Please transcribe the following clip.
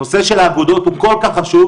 הנושא של האגודות הוא כל כך חשוב,